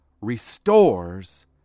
restores